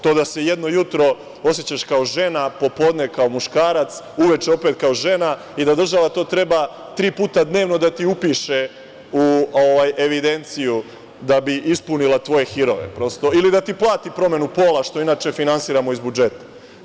To da se jedno jutro osećaš kao žena, a popodne kao muškarac, uveče opet kao žena i da država to treba tri puta dnevno da ti upiše u evidenciju da bi ispunila tvoje hirove, prosto, ili da ti plati promenu pola, što inače finansiramo iz budžeta.